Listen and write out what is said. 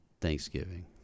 Thanksgiving